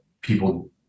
people